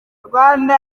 rwanda